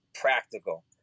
practical